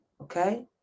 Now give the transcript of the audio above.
Okay